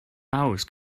hours